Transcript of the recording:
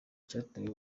cyatewe